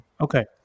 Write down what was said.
Okay